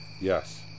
Yes